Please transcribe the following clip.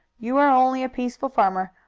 you are only a peaceful farmer,